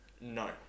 No